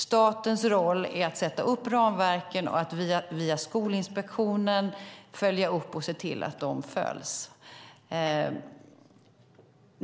Statens roll är att sätta upp ramverken och via Skolinspektionen följa upp och se till att skollagen följs.